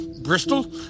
Bristol